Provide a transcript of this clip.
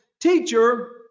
teacher